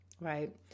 right